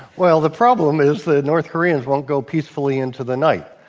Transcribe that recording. well, the problem is the north koreans won't go peacefully into the night,